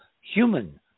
human